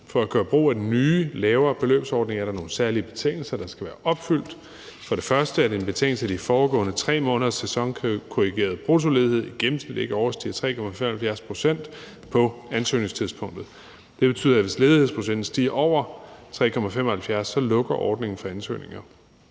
For at gøre brug af den nye lavere beløbsordning er der nogle særlige betingelser, der skal være opfyldt. For det første er det en betingelse, at de foregående 3 måneders sæsonkorrigeret bruttoledighed i gennemsnit ikke overstiger 3,75 pct. på ansøgningstidspunktet. Det betyder, at hvis ledighedsprocenten stiger over 3,75 pct., lukker ordningen for ansøgninger.